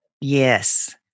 Yes